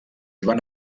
joan